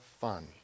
fun